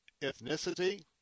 ethnicity